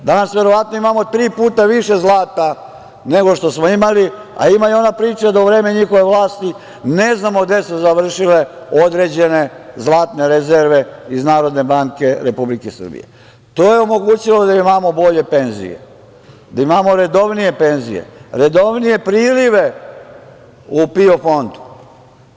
Danas verovatno imamo tri puta više zlata, nego što smo imali, a ima i ona priča da u vreme njihove vlasti, ne znamo gde su završile određene zlatne rezerve iz Narodne banke Republike Srbije i to je omogućilo da imamo bolje penzije, da imamo redovnije penzije i redovnije prilive u PIO fondu.